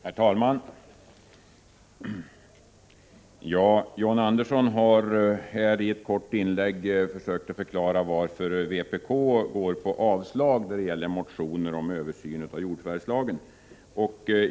Herr talman! John Andersson har nu i ett kort inlägg försökt förklara varför vpk föreslår avslag på motioner om översyn av jordförvärvslagen.